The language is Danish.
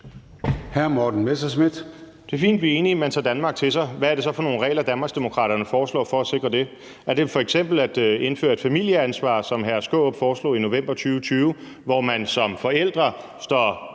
Morten Messerschmidt (DF): Det er fint, at vi er enige om, at man skal tage Danmark til sig. Hvad er det så for nogle regler, Danmarksdemokraterne foreslår for at sikre det? Er det f.eks. at indføre et familieansvar, som hr. Peter Skaarup foreslog i november 2020, hvor man som forældre står